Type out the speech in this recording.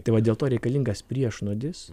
tai va dėl to reikalingas priešnuodis